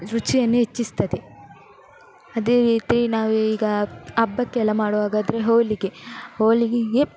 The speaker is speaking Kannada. ರುಚಿಯನ್ನು ಹೆಚ್ಚಿಸ್ತದೆ ಅದೇ ರೀತಿ ನಾವೀಗ ಹಬ್ಬಕ್ಕೆಲ್ಲ ಮಾಡುವಾಗಾದರೆ ಹೋಳಿಗೆ ಹೋಳಿಗೆಗೆ